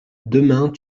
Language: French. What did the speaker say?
demain